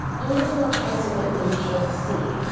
even the parts of it we can't see.